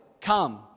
come